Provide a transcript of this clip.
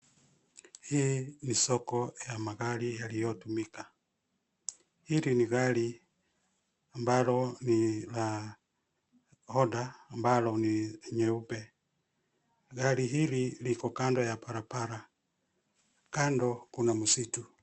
Hii ni soko ya magari yaliyotumika. Hili ni gari ambalo ni la Honda ambalo ni nyeupe. Gari hili liko kando ya barabara. Kando kuna msitu.